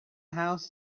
house